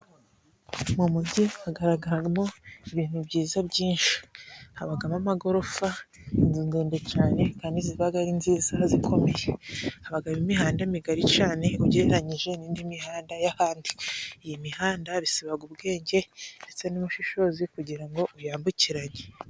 Mu mugi hagaragaramo ibintu byiza byinshi; habamo amagorofa, inzu ndende cyane kandi ziba ari nziza zikomeye. Habamo imihanda migari cyane ugereranyije n'indi mihanda y'ahandi. Iyi mihanda, bisaba ubwenge ndetse n'ubushishozi kugira ngo uyambukiranye.